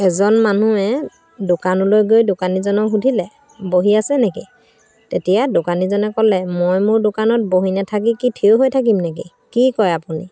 এজন মানুহে দোকানলৈ গৈ দোকানীজনক সুধিলে বহি আছে নেকি তেতিয়া দোকানীজনে ক'লে মই মোৰ দোকানত বহি নাথাকি কি থিয় হৈ থাকিম নেকি কি কয় আপুনি